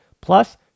Plus